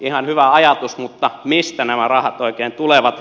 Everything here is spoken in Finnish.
ihan hyvä ajatus mutta mistä nämä rahat oikein tulevat